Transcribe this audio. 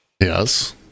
Yes